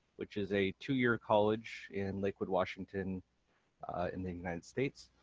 which is a two-year college in lakewood, washington in the united states